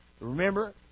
Remember